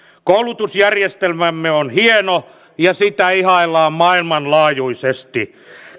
koulutusjärjestelmämme on hieno ja sitä ihaillaan maailmanlaajuisesti